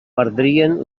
perdrien